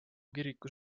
kirikus